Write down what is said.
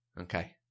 Okay